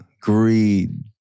greed